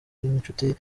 n’inshuti